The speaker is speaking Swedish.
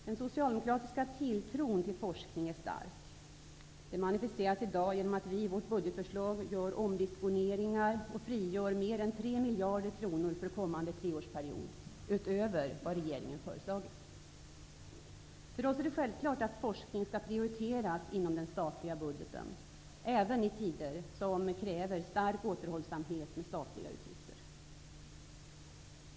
Den socialdemokratiska tilltron till forskning är stark. Detta manifesteras i dag genom att vi i vårt budgetförslag gör omdisponeringar och frigör mer än tre miljarder kronor för kommande treårsperiod, utöver vad regeringen har föreslagit. För oss är det självklart att forskning skall prioriteras inom den statliga budgeten, även i tider som kräver stark återhållsamhet med statliga utgifter.